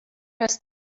press